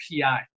PI